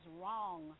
wrong